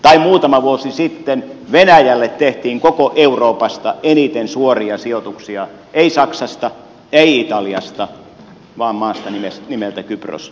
tai muutama vuosi sitten venäjälle tehtiin koko euroopasta eniten suoria sijoituksia ei saksasta ei italiasta vaan maasta nimeltä kypros